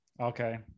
okay